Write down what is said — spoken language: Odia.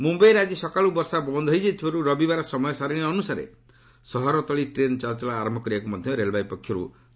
ମୁମ୍ୟାଇରେ ଆଜି ସକାଳୁ ବର୍ଷା ବନ୍ଦ୍ ହୋଇଯାଇଥିବାରୁ ରବିବାର ସମୟ ସାରଣୀ ଅନୁସାରେ ସହରତଳି ଟ୍ରେନ୍ ଚଳାଚଳ ଆରମ୍ଭ କରିବାକୁ ମଧ୍ୟ ରେଳବାଇ ପକ୍ଷରୁ ନିଷ୍ପଭି ନିଆଯାଇଛି